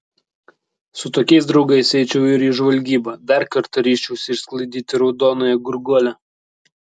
su tokiais draugais eičiau ir į žvalgybą dar kartą ryžčiausi išsklaidyti raudonąją gurguolę